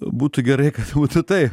būtų gerai kad būtų taip